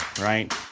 right